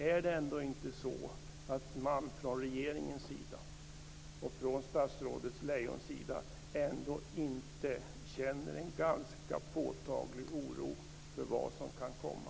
Är det ändå inte så att man från regeringens och statsrådet Lejons sida känner en ganska påtaglig oro för vad som kan komma?